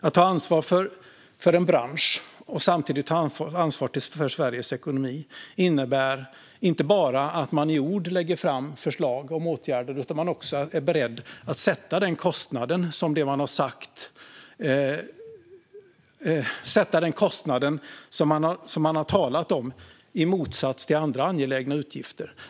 Att ta ansvar för en bransch och samtidigt ta ansvar för Sveriges ekonomi innebär att man inte bara i ord lägger fram förslag om åtgärder utan att man också är beredd att sätta den kostnad som man har talat om i motsats till andra angelägna utgifter.